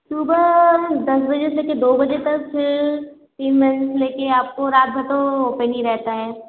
सुबह दस बजे से ले कर दो बजे तक फिर तीन बजे से ले कर आपको रात भर तो ओपन ही रहता है